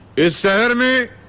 it's and mine.